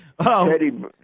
Teddy